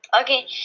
Okay